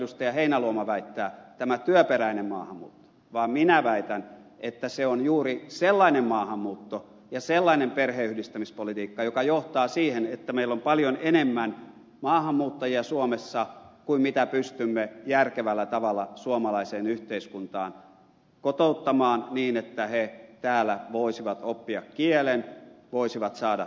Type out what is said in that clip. heinäluoma väittää tämä työperäinen maahanmuutto vaan minä väitän että se on juuri sellainen maahanmuutto ja sellainen perheenyhdistämispolitiikka joka johtaa siihen että meillä on paljon enemmän maahanmuuttajia suomessa kuin pystymme järkevällä tavalla suomalaiseen yhteiskuntaan kotouttamaan niin että he täällä voisivat oppia kielen voisivat saada työtä